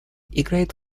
играет